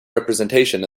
representation